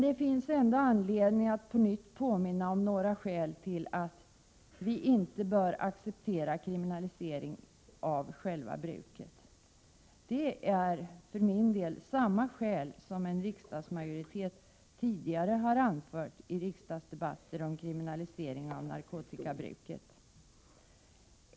Det finns ändå anledning att på nytt påminna om några skäl till att vi inte bör acceptera kriminalisering av själva bruket. Det är för min del samma skäl som en riksdagsmajoritet tidigare har anfört i riksdagsdebatter om kriminalisering av narkotikabruket.